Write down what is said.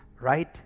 right